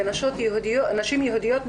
ונשים יהודיות,